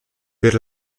per